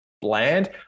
bland